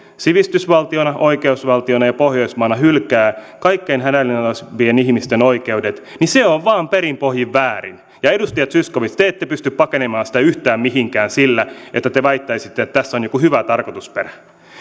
sivistysvaltiona oikeusvaltiona ja pohjoismaana hylkää kaikkein hädänalaisimpien ihmisten oikeudet on vain perin pohjin väärin ja edustaja zyskowicz te te ette pysty pakenemaan sitä yhtään mihinkään sillä että te väittäisitte että tässä on hyvä tarkoitusperä